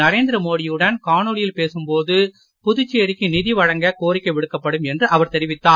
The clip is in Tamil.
நரேந்திர மோடியுடன் காணொலியில் பேசும் போது புதுச்சேரிக்கு நிதி வழங்க கோரிக்கை விடுக்கப்படும் என்று அவர் தெரிவித்தார்